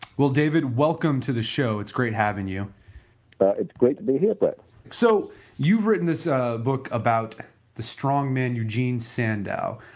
well david, welcome to the show, its great having you it's great to be here brett so you've written this book about the strongman eugen sandow.